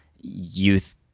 youth